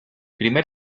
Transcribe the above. primer